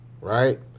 right